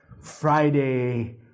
Friday